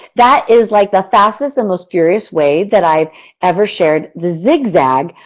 that is like the fastest and most furious way that i've ever shared the zigzag,